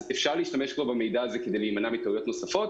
אפשר להשתמש במידע הזה כדי להימנע מטעויות נוספות.